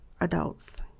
adults